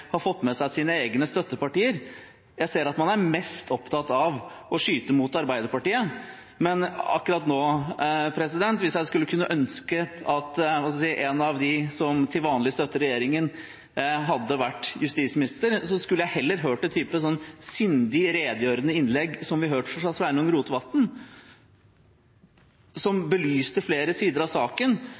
har fått med seg sine egne støttepartier. Jeg ser at man er mest opptatt av å skyte mot Arbeiderpartiet, men akkurat nå, hvis jeg skulle ønsket at en av dem som til vanlig støtter regjeringen, hadde vært justisminister, ville jeg heller hørt en type sindig, redegjørende innlegg som det vi hørte fra Sveinung Rotevatn, som belyste flere sider av saken,